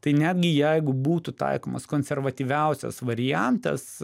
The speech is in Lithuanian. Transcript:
tai netgi jeigu būtų taikomas konservatyviausias variantas